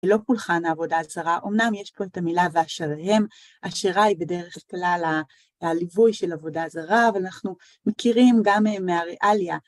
לא פולחן העבודה הזרה, אמנם יש פה את המילה ואשריהם, אשרה היא בדרך כלל הליווי של עבודה זרה, ואנחנו מכירים גם מהריאליה.